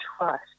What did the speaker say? trust